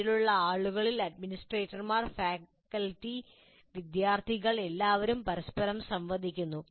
അതിലുള്ള ആളുകളിൽ അഡ്മിനിസ്ട്രേറ്റർമാർ ഫാക്കൽറ്റി വിദ്യാർത്ഥികൾ എല്ലാവരും പരസ്പരം സംവദിക്കുന്നു